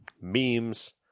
Memes